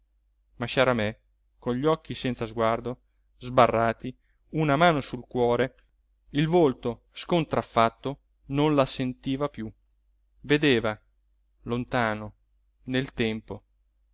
dice ma sciaramè con gli occhi senza sguardo sbarrati una mano sul cuore il volto scontraffatto non la sentiva piú vedeva lontano nel tempo